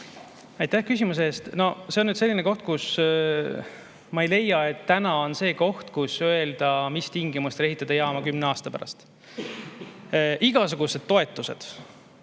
Aitäh küsimuse eest! See on nüüd selline koht, kus ma ei leia, et täna [saab] öelda, mis tingimustel ehitada jaam kümne aasta pärast. Igasugused toetused